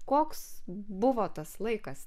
koks buvo tas laikas